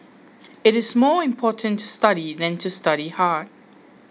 it is more important to study than to study hard